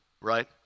right